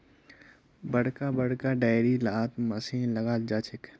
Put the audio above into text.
बड़का बड़का डेयरी लात मशीन लगाल जाछेक